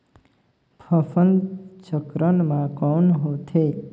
फसल चक्रण मा कौन होथे?